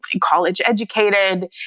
college-educated